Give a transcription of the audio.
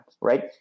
right